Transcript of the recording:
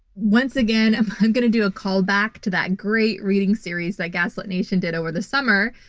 once again, i'm going to do a callback to that great reading series that gaslit nation did over the summer,